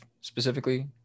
specifically